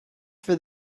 for